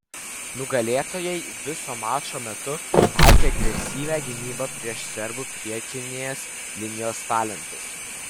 nugalėtojai viso mačo metu taikė agresyvią gynybą prieš serbų priekinės linijos talentus